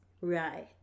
Right